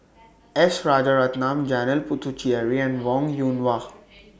S Rajaratnam Janil Puthucheary and Wong Yoon Wah